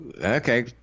Okay